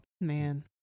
man